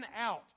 out